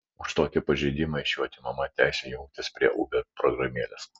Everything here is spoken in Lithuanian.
už tokį pažeidimą iš jų atimama teisė jungtis prie uber programėlės